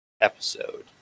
episode